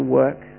work